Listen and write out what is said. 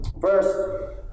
first